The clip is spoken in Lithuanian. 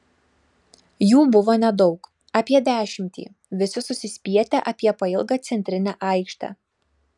jų buvo nedaug apie dešimtį visi susispietę apie pailgą centrinę aikštę